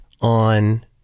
on